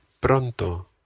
pronto